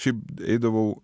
šiaip eidavau